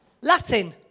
Latin